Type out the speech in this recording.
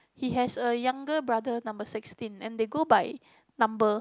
he has a younger brother number sixteen and they go by number